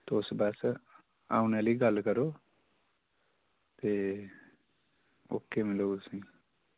तुस बस औने आह्ली गल्ल करो ते ओके मिलग तुसें